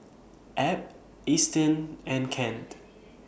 Ab Easton and Kent